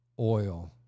oil